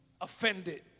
Offended